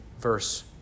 verse